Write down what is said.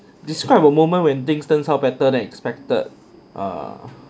describe a moment when things turn out better than expected err